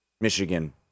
Michigan